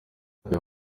aya